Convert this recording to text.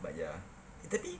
but ya eh tapi